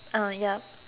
yup